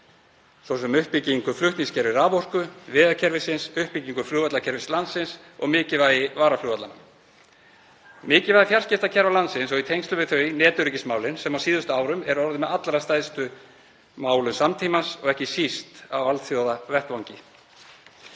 svo sem uppbyggingu flutningskerfis raforku, vegakerfisins, flugvallarkerfis landsins, mikilvægi varaflugvallanna, mikilvægi fjarskiptakerfis landsins og í tengslum við það netöryggismálin sem á síðustu árum eru orðin með allra stærstu málum samtímans, ekki síst á alþjóðavettvangi.